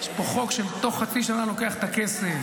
יש פה חוק שתוך חצי שנה לוקח את הכסף,